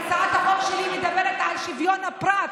כי הצעת החוק שלי מדברת על שוויון הפרט.